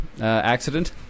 accident